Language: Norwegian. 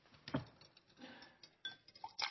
Takk